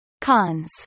cons